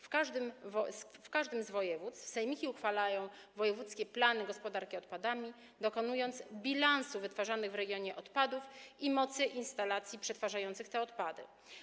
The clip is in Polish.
W każdym z województw sejmiki uchwalają wojewódzkie plany gospodarki odpadami, dokonując bilansu wytwarzanych w regionie odpadów i mocy instalacji przetwarzających te odpady.